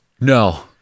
No